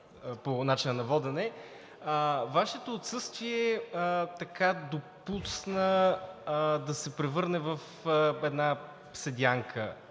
по начина на водене. Вашето отсъствие допусна да се превърне в една седянка